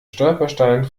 stolperstein